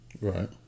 Right